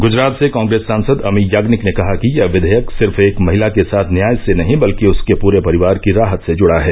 गूजरात से कांग्रेस सांसद अमी याज्ञनिक ने कहा कि यह विधेयक सिर्फ एक महिला के साथ न्याय से नहीं बल्कि उसके पूरे परिवार की राहत से जुड़ा है